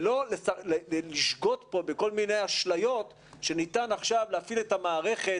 ולא לשגות כאן בכל מיני אשליות שניתן עכשיו להפעיל את המערכת